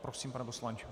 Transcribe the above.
Prosím, pane poslanče.